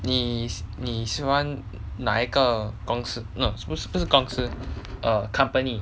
你你喜欢哪一个公司 no 不是不是公司 err company